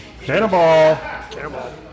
Cannonball